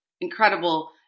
incredible